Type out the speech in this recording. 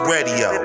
Radio